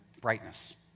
brightness